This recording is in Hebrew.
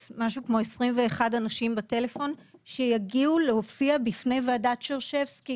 משהו כמו 21 אנשים בטלפון שיגיעו להופיע בפני ועדת שרשבסקי